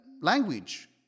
language